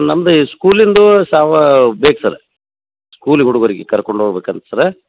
ನಮ್ಮದು ಈ ಸ್ಕೂಲಿಂದು ಬೇಕು ಸರ ಸ್ಕೂಲಿ ಹುಡುಗರಿಗೆ ಕರ್ಕೊಂಡು ಹೋಗ್ಬೇಕಂತ ಸರ